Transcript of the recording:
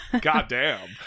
Goddamn